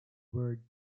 word